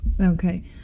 Okay